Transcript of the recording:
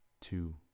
two